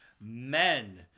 Men